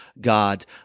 God